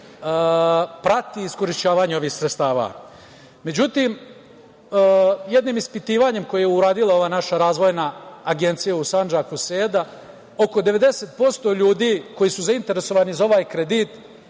prati iskorišćavanje ovih sredstava.Međutim, jednim ispitivanjem koje je uradila ova naša razvojna agencija u Sandžaku SEDA, oko 90% ljudi koji su zainteresovani za ovaj kredit